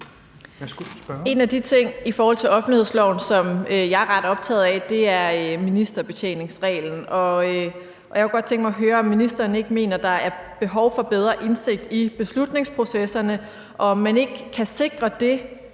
En af de ting i forhold til offentlighedsloven, som jeg er ret optaget af, er ministerbetjeningsreglen, og jeg kunne godt tænke mig at høre, om ministeren ikke mener, at der er behov for en bedre indsigt i beslutningsprocesserne, og om man ikke kan sikre det,